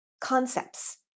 concepts